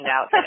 out